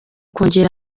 kongera